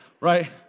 Right